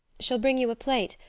she'll bring you a plate,